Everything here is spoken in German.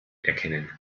erkennen